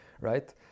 right